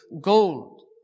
gold